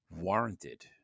warranted